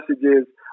messages